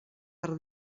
per